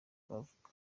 twavuga